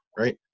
Right